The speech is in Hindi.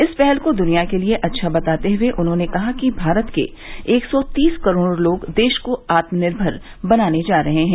इस पहल को दुनिया के लिए अच्छा बताते हुए उन्होंने कहा कि भारत के एक सौ तीस करोड़ लोग देश को आत्मनिर्मर बनाने जा रहे हैं